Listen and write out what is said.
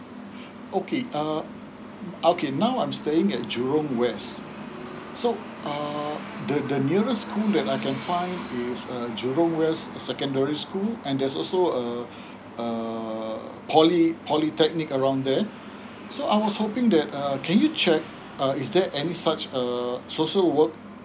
okay um okay now I'm staying at jurong west so um the the nearest school that I can find is uh jurong west secondary school and there's also a um uh poly polytechnic around there um so I was hoping that uh can you check uh is there any such a uh social work